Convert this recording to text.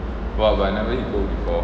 !wah! but I never hit gold before